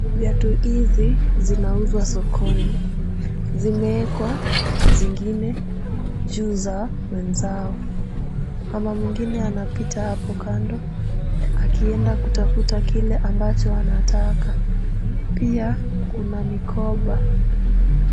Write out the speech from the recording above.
Viatu hizi zinauzwa sokoni, zimewekwa zingine juu za wenzao. Mama mwingine anapita hapo kando akienda kutafuta kile ambacho anataka. Pia kuna mikoba.